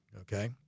Okay